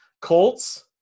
Colts